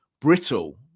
brittle